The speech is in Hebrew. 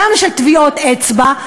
גם של טביעות אצבע,